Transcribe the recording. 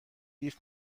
بیف